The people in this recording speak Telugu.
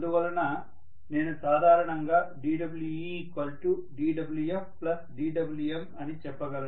అందువలన నేను సాధారణంగా dWe dWf dWm అని చెప్పగలను